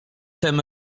tem